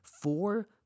Four